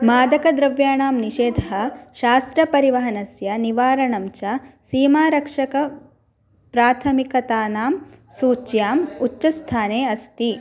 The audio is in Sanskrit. मादकद्रव्याणां निषेधः शास्त्रपरिवहनस्य निवारणं च सीमारक्षकप्राथमिकतानां सूच्याम् उच्चस्थाने अस्ति